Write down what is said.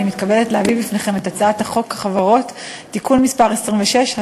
אני מתכבדת להביא בפניכם את הצעת חוק החברות (תיקון מס' 26),